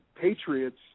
Patriots